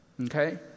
okay